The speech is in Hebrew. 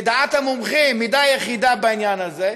ודעת המומחים היא דעה יחידה בעניין הזה,